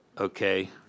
Okay